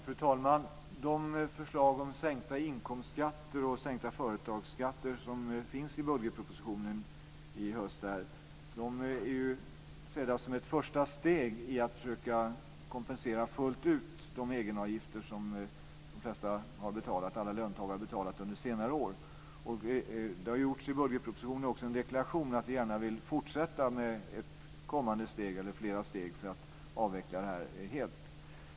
Fru talman! De förslag om sänkta inkomstskatter och sänkta företagsskatter som finns i budgetpropositionen i höst är ju sedda som ett första steg för att fullt ut försöka kompensera de egenavgifter som de flesta har betalat, som alla löntagare har betalat, under senare år. Det har också gjorts en deklaration i budgetpropositionen om att vi gärna vill fortsätta med ett kommande steg, eller flera steg, för att avveckla det här helt.